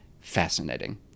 Fascinating